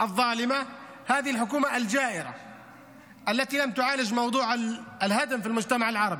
הממשלה הלא-הוגנת הזאת, הממשלה המקפחת הזאת,